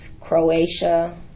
Croatia